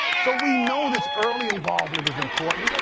so we know this early involvement is important.